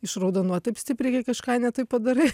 išraudonuot taip stipriai kai kažką ne taip padarai